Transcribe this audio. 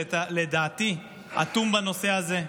שלדעתי אטום בנושא הזה,